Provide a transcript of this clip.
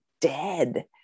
dead